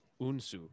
Unsu